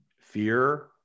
Fear